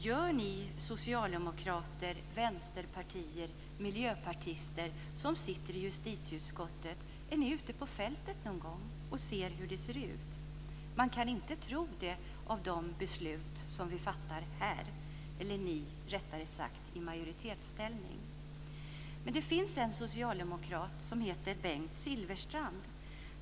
Är ni socialdemokrater, vänsterpartister, miljöpartister som sitter i justitieutskottet ute på fältet någon gång? Man kan inte tro det med tanke på de beslut som ni i majoritetsställning fattar här. Men det finns en socialdemokrat som heter Bengt Silfverstrand.